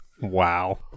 Wow